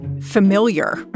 familiar